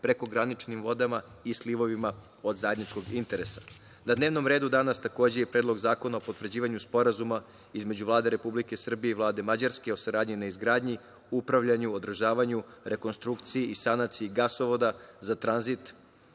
prekograničnim vodama i slivovima od zajedničkog interesa. Na dnevnom redu danas takođe je i Predlog zakona o potvrđivanju Sporazuma između Vlade Republike Srbije i Vlade Mađarske o saradnji na izgradnji, upravljanju, održavanju, rekonstrukciji i sanaciji gasovoda, za tranzit